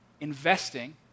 investing